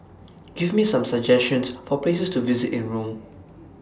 Give Me Some suggestions For Places to visit in Rome